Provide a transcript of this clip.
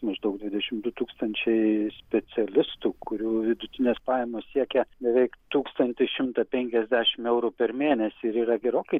maždaug dvidešim du tūkstančiai specialistų kurių vidutinės pajamos siekia beveik tūkstantį šimtą penkiasdešim eurų per mėnesį ir yra gerokai